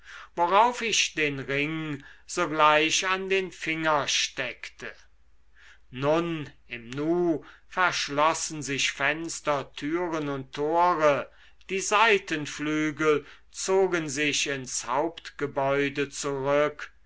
worauf ich den ring sogleich an den finger steckte nun im nu verschlossen sich fenster türen und tore die seitenflügel zogen sich ins hauptgebäude zurück